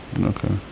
Okay